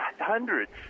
hundreds